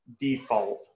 default